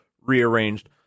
rearranged